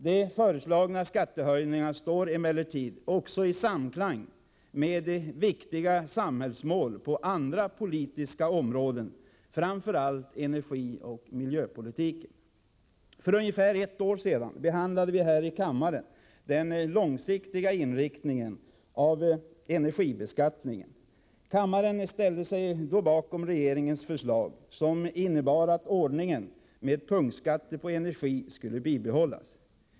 De föreslagna skattehöjningarna står emellertid också i samklang med viktiga samhällsmål på andra politiska områden, framför allt i fråga om energioch miljöpolitiken. För ungefär ett år sedan behandlade vi här i kammaren den långsiktiga inriktningen av energibeskattningen. Kammaren ställde sig då bakom regeringens förslag, som innebar att ordningen med punktskatter på energi skulle bibehållas.